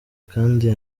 kandi